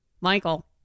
Michael